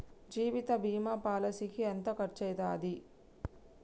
జీవిత బీమా పాలసీకి ఎంత ఖర్చయితది?